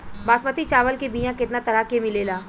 बासमती चावल के बीया केतना तरह के मिलेला?